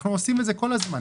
עושים את זה כל הזמן.